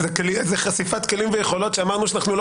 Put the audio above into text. זה חשיפת כלים ויכולות שאמרנו שאנחנו לא